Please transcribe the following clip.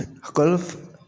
Golf